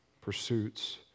pursuits